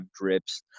drips